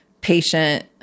patient